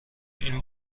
این